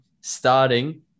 starting